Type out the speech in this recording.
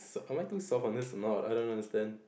am I too soft on this or not I don't understand